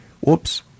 Whoops